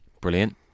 brilliant